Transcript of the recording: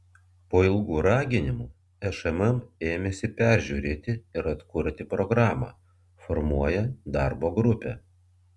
po ilgų raginimų šmm ėmėsi peržiūrėti ir atkurti programą formuoja darbo grupę